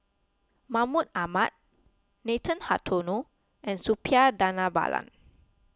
Mahmud Ahmad Nathan Hartono and Suppiah Dhanabalan